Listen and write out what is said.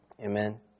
Amen